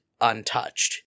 untouched